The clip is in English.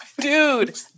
dude